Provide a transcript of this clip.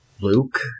Luke